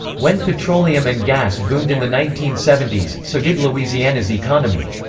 when petroleum and gas boomed in the nineteen seventy s, so did louisiana's economy.